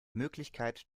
möglichkeit